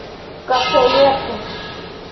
कब चाहिए आपको